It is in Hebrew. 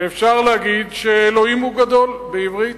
ואפשר להגיד שאלוהים הוא גדול, בעברית.